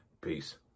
Peace